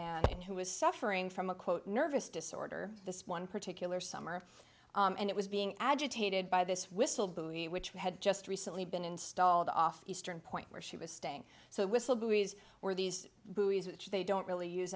and who was suffering from a quote nervous disorder this one particular summer and it was being agitated by this whistle buoy which had just recently been installed off eastern point where she was staying so whistle buoys were these buoys which they don't really use